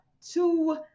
two